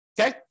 okay